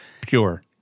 pure